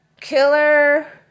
Killer